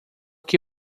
que